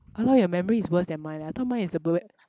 ah lor your memory is worse than mine leh I thought mine is the